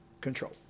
control